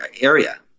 area